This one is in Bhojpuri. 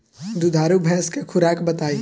दुधारू भैंस के खुराक बताई?